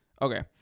okay